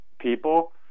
people